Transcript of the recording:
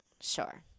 Sure